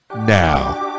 now